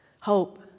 Hope